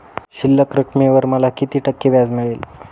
शिल्लक रकमेवर मला किती टक्के व्याज मिळेल?